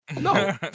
No